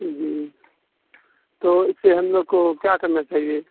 جی تو اس سے ہم لوگ کو کیا کرنا چاہیے